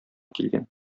килгән